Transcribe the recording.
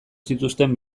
zituzten